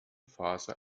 phase